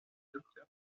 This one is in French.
docteur